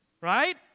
Right